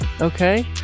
Okay